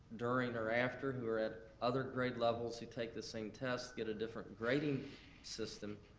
during, or after who are at other grade levels who take the same test get a different grading system,